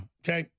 okay